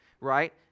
Right